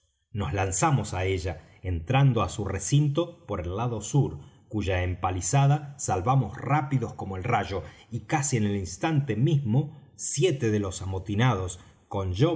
nos lanzamos á ella entrando á su recinto por el lado sur cuya empalizada salvamos rápidos como el rayo y casi en el instante mismo siete de los amotinados con